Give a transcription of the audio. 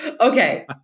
Okay